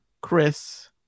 Chris